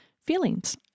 feelings